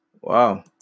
Wow